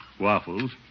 waffles